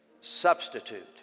substitute